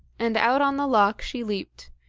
and out on the loch she leaped,